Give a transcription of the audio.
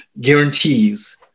guarantees